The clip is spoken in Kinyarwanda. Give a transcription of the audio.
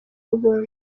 ubundi